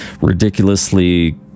ridiculously